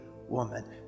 woman